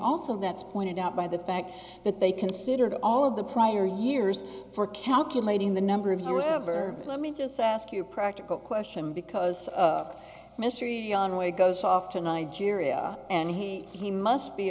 also that's pointed out by the fact that they considered all of the prior years for calculating the number of the reserves or let me just ask you practical question because mystery on way goes off to nigeria and he he must be